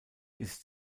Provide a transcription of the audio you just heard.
ist